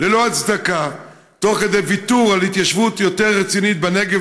שר האוצר הקודם חתום עליו והממשלה מבצעת אותו בנאמנות מוגזמת,